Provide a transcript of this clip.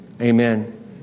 Amen